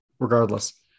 regardless